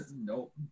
nope